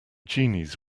genies